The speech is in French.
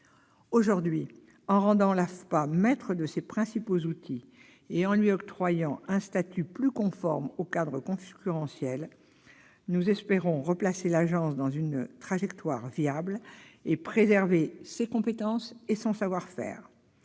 Aujourd'hui, en rendant l'AFPA maître de ses principaux outils et en lui octroyant un statut plus conforme au cadre concurrentiel, nous espérons la replacer sur une trajectoire viable et préserver ses compétences et son savoir-faire.